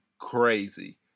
crazy